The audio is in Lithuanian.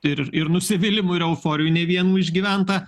ir ir nusivylimų ir euforijų ne vienų išgyventa